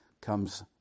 comes